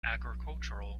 agricultural